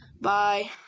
bye